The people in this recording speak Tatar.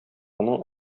моның